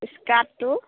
স্কাৰ্টটো